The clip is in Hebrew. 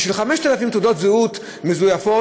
בשביל 5,000 תעודות זהות מזויפות,